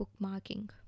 bookmarking